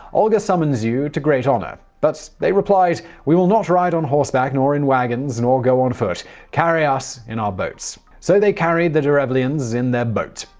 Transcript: olga summons you to great honor. but they replied, we will not ride on horseback nor in wagons, nor go on foot carry us in our boats. so they carried the derevlians in their boat.